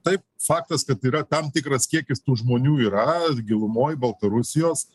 taip faktas kad yra tam tikras kiekis tų žmonių yra gilumoj baltarusijos